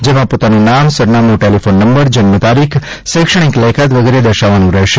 જેમાં પોતાનું પુરું નામ સરનામું ટેલિફોન નંબર જન્મ તારીખ શૈક્ષણિક લાયકાત વગેરે દર્શાવવાનું રહેશે